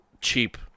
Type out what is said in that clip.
cheap